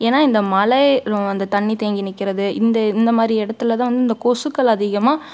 ஏன்னால் இந்த மழை ரோ அந்த தண்ணி தேங்கி நிற்கிறது இந்த இந்தமாதிரி இடத்துல தான் வந்து இந்த கொசுக்கள் அதிகமாக